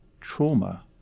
trauma